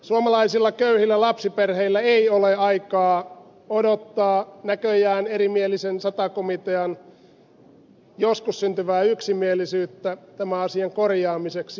suomalaisilla köyhillä lapsiperheillä ei ole aikaa odottaa näköjään erimielisen sata komitean joskus syntyvää yksimielisyyttä tämän asian korjaamiseksi